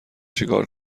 چکار